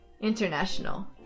International